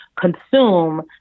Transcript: consume